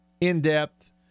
in-depth